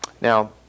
Now